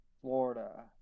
Florida